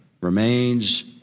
remains